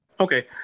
Okay